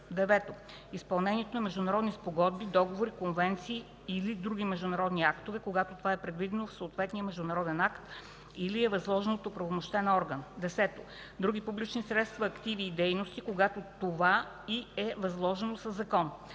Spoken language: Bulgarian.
9. изпълнението на международни спогодби, договори, конвенции или други международни актове, когато това е предвидено в съответния международен акт или е възложено от оправомощен орган; 10. други публични средства, активи и дейности, когато това й е възложено със закон.